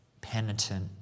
penitent